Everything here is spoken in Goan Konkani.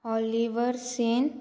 ऑलिवर सेन